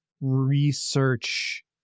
research